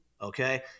Okay